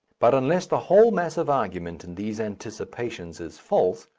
but unless the whole mass of argument in these anticipations is false,